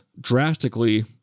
drastically